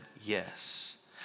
yes